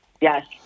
Yes